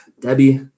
Debbie